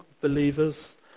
believers